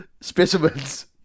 specimens